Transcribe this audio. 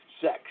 sex